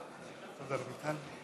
נתקבלה.